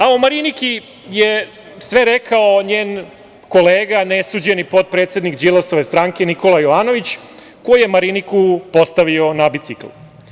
A, o Mariniki je sve rekao njen kolega, nesuđeni potpredsednik Đilasove stranke, Nikola Jovanović, koji je Mariniku postavio na bicikl.